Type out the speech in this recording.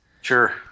Sure